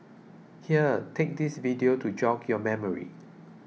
here take this video to jog your memory